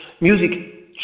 music